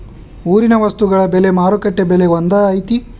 ಊರಿನ ವಸ್ತುಗಳ ಬೆಲೆ ಮಾರುಕಟ್ಟೆ ಬೆಲೆ ಒಂದ್ ಐತಿ?